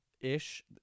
ish